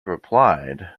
replied